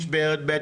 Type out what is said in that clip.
משמרת ב',